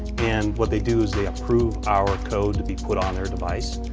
and what they do is they approve our code to be put on their device.